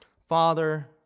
Father